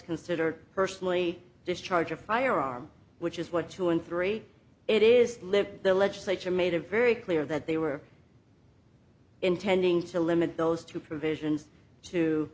considered personally discharge a firearm which is what two and three it is live the legislature made it very clear that they were intending to limit those two provisions to